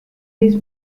this